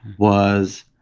was,